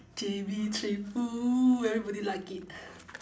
J_B trip !woo! everybody like it